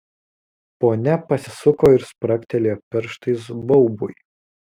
ponia pasisuko ir spragtelėjo pirštais baubui